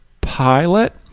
pilot